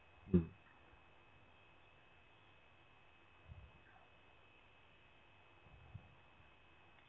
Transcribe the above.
mm